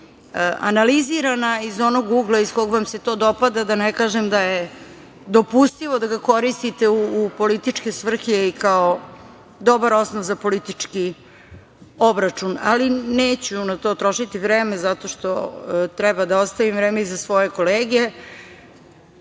analizirana iz onog ugla iz kog vam se to dopada, da ne kažem da je dopustivo da ga koristite u političke svrhe i kao dobar osnov za politički obračun. Ali, neću na to trošiti vreme, zato što treba da ostavim vreme i za svoje kolege. Moram